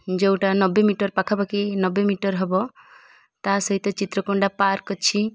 ଯେଉଁଟା ନବେ ମିଟର ପାଖାପାଖି ନବେ ମିଟର ହବ ତା' ସହିତ ଚିତ୍ରକୋଣ୍ଡା ପାର୍କ ଅଛି